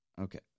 Okay